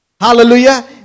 Hallelujah